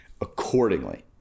accordingly